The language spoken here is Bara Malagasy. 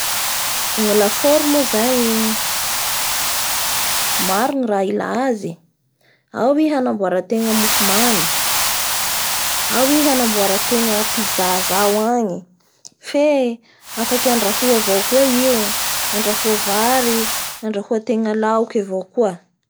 La gnasany fampangatsia hany fampangatsia rano sy foitehirizkany, izay gnasany.